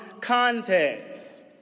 context